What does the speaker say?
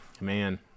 Man